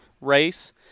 race